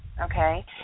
Okay